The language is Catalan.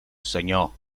senyor